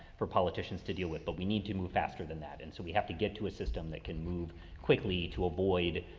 for politicians to deal with. but we need to move faster than that. and so we have to get to a system that can move quickly to avoid